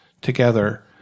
together